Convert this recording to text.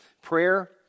prayer